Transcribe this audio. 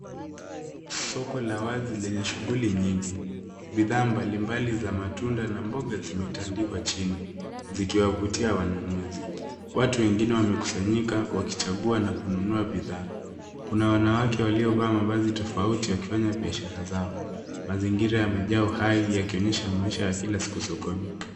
Soko la wazi lenye shughuli nyingi. Bidhaa mbalimbali za matunda na mboga zimetandikwa chini zikiwavutia wanunuzi. Watu wengine wamekusanyika wakichagua na kununua bidhaa. Kuna wanawake waliovaa mavazi tofauti wakifanya biashara zao. Mazingira yamejaa uhai yakionyesha maisha ya kila siku sokoni.